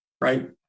Right